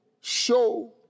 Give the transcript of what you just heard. show